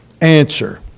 answer